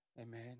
Amen